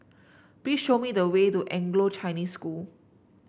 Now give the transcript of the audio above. please show me the way to Anglo Chinese School